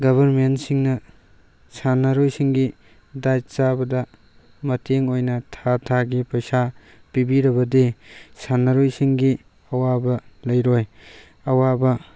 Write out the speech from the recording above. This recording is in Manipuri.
ꯒꯚꯔꯟꯃꯦꯟꯁꯤꯡꯅ ꯁꯥꯟꯅꯔꯣꯏꯁꯤꯡꯒꯤ ꯗꯥꯏꯠ ꯆꯥꯕꯗ ꯃꯇꯦꯡ ꯑꯣꯏꯅ ꯊꯥ ꯊꯥꯒꯤ ꯄꯩꯁꯥ ꯄꯤꯕꯤꯔꯕꯗꯤ ꯁꯥꯟꯅꯔꯣꯏꯁꯤꯡꯒꯤ ꯑꯋꯥꯕ ꯂꯩꯔꯣꯏ ꯑꯋꯥꯕ